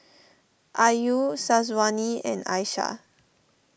Ayu Syazwani and Aishah